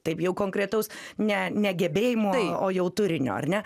taip jau konkretaus ne ne gebėjimo o jau turinio ar ne